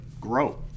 grow